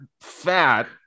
fat